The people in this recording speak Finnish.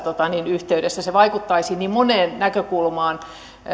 yhteydessä se vaikuttaisi niin moneen näkökulmaan